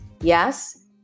Yes